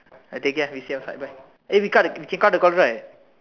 ah take care we see outside bye eh we cut we can cut the call right